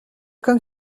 comme